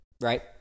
Right